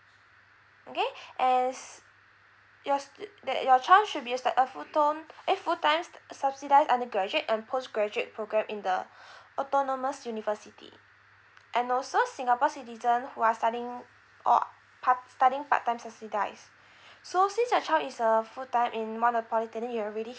okay and s~ your stu~ that your child should be a sta~ a full eh full time subsidised undergraduate and postgraduate program in the autonomous university and also singapore citizen who are studying or part studying part time subsidised so since your child is a full time in one of the polytechnic you're already